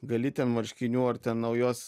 gali ten marškinių ar ten naujos